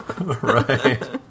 right